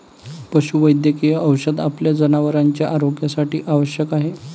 पशुवैद्यकीय औषध आपल्या जनावरांच्या आरोग्यासाठी आवश्यक आहे